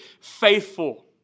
faithful